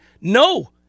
no